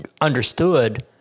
understood